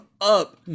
up